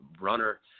runner